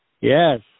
Yes